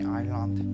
island